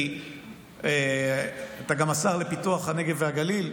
כי אתה גם השר לפיתוח הנגב והגליל.